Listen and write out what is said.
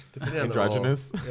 Androgynous